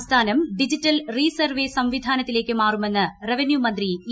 സംസ്ഥാനം digital re survey സംവിധാനത്തിലേക്ക് മാറുമെന്ന് റവന്യൂമന്ത്രി ഇ